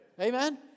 Amen